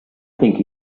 think